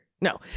no